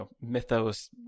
mythos